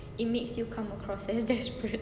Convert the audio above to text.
it makes you come across and that's desperate